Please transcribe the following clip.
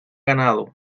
ganado